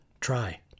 Try